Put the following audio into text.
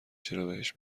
چرابهش